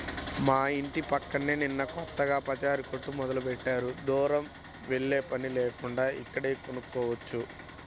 మా యింటి పక్కనే నిన్న కొత్తగా పచారీ కొట్టు మొదలుబెట్టారు, దూరం వెల్లేపని లేకుండా ఇక్కడే కొనుక్కోవచ్చు